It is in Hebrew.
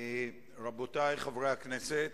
רבותי חברי הכנסת,